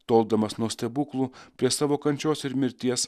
toldamas nuo stebuklų prie savo kančios ir mirties